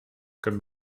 comme